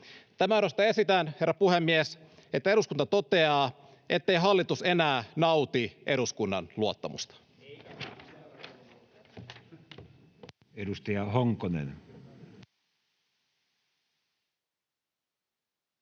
Tämän johdosta esitän, herra puhemies, että eduskunta toteaa, ettei hallitus enää nauti eduskunnan luottamusta.